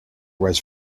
was